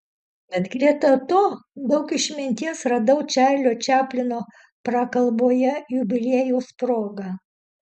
bet greta to daug išminties radau čarlio čaplino prakalboje jubiliejaus proga